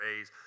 A's